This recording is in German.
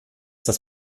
das